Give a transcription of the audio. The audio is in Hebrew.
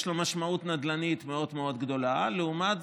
יש לו משמעות נדל"נית מאוד מאוד גדולה לעומת